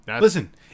Listen